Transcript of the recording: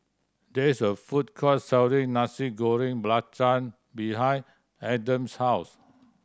there is a food court selling Nasi Goreng Belacan behind Adams' house